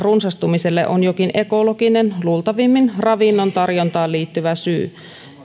runsastumiselle on jokin ekologinen luultavimmin ravinnon tarjontaan liittyvä syy